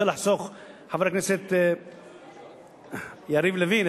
חבר הכנסת יריב לוין,